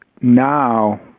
Now